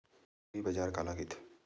एग्रीबाजार काला कइथे?